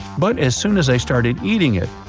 but as soon as i started eating it,